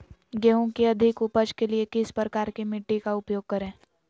गेंहू की अधिक उपज के लिए किस प्रकार की मिट्टी का उपयोग करे?